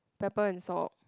pepper and salt